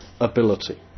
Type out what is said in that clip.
ability